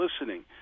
listening